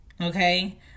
Okay